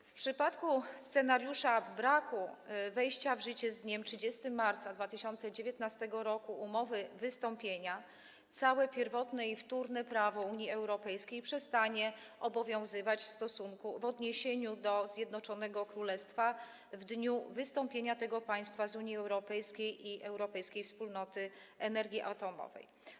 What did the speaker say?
W przypadku scenariusza braku wejścia w życie z dniem 30 marca 2019 r. umowy dotyczącej wystąpienia całe pierwotne i wtórne prawo Unii Europejskiej przestanie obowiązywać w odniesieniu do Zjednoczonego Królestwa w dniu wystąpienia tego państwa z Unii Europejskiej i Europejskiej Wspólnoty Energii Atomowej.